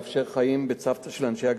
אדוני השר,